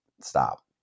stop